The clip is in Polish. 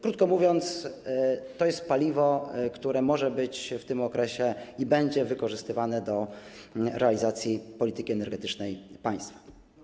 Krótko mówiąc, to jest paliwo, które może być w tym okresie, i będzie, wykorzystywane do realizacji polityki energetycznej państwa.